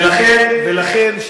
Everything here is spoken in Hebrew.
ולכן,